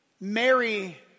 Mary